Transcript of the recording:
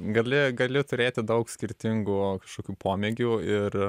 gali gali turėti daug skirtingų kažkokių pomėgių ir